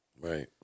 Right